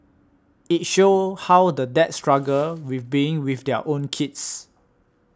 it shows how the dads struggle with being with their own kids